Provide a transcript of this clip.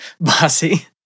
Bossy